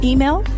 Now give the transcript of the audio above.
Email